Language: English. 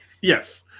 Yes